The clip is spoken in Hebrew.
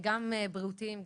גם בריאותיים,